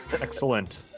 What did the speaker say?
Excellent